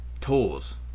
tools